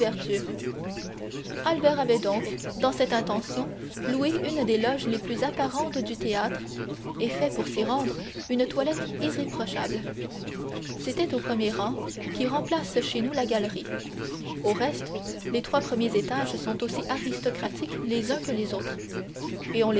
albert avait donc dans cette intention loué une des loges les plus apparentes du théâtre et fait pour s'y rendre une toilette irréprochable c'était au premier rang qui remplace chez nous la galerie au reste les trois premiers étages sont aussi aristocratiques les uns que les autres et on